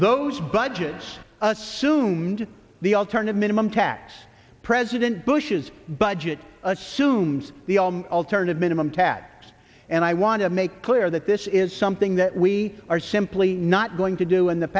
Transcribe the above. those budgets assumed the alternative minimum tax president bush's budget assumes the alternative minimum tax and i want to make clear that this is something that we are simply not going to do in the